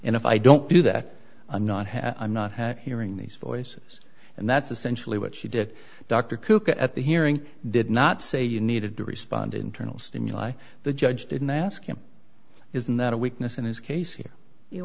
and if i don't do that i'm not have i'm not have hearing these voices and that's essentially what she did dr koop at the hearing did not say you needed to respond internal stimuli the judge didn't ask him isn't that a weakness in his case here you